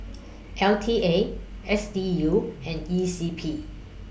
L T A S D U and E C P